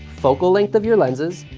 focal length of your lenses,